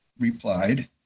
replied